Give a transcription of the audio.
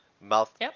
mouth